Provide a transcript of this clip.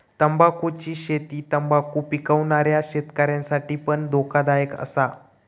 तंबाखुची शेती तंबाखु पिकवणाऱ्या शेतकऱ्यांसाठी पण धोकादायक असा